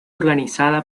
organizada